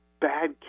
bad